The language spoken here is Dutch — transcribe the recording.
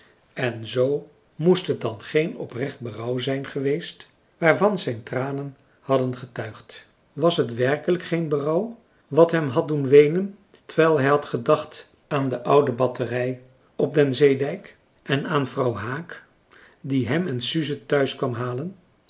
en zoo moest het dan geen oprecht berouw zijn geweest waarvan zijn tranen hadden getuigd was het werkelijk geen berouw wat hem had doen weenen terwijl hij had gedacht aan de oude batterij op den zeefrançois haverschmidt familie en kennissen dijk en aan vrouw haak die hem en suze thuis kwam halen